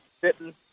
sitting